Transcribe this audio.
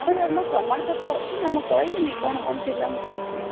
ହଁ ସାର୍ ମୋର ପ୍ରମାଣପତ୍ର ଅଛିନା ମୁଁ କହିବିନି କ'ଣ କ'ଣ ଥିଲା ମୁଁ କହିବିନି